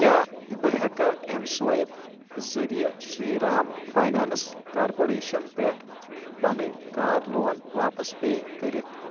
کیٛاہ بہٕ ہٮ۪کا ایٚم سٕوایپ ذٔریعہٕ شری رام فاینانٕس کارپۆریشن پؠٹھ پَنٕنۍ کار لون واپَس پے کٔرِتھ